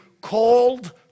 called